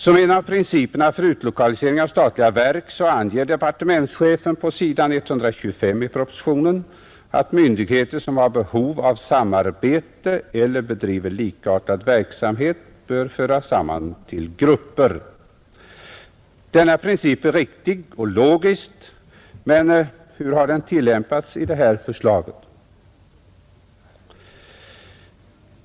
Som en av principerna för utlokalisering av statliga verk anger departementschefen på s. 125 i propositionen att myndigheter som har behov av samarbete eller bedriver likartad verksamhet bör sammanföras till grupper. Denna princip är riktig och logisk. Men hur har den tillämpats i det här förslaget?